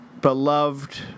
beloved